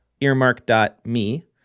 earmark.me